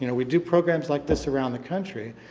you know we do programs like this around the country.